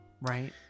right